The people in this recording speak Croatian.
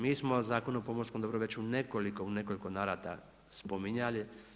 Mi smo Zakon o pomorskom dobru već u nekoliko, u nekoliko navrata spominjali.